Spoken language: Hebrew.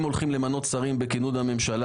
אם הולכים למנות שרים בכינון הממשלה,